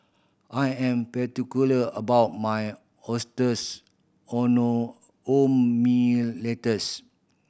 I am particular about my oysters letters